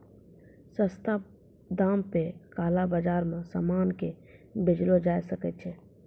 सस्ता दाम पे काला बाजार मे सामान के बेचलो जाय सकै छै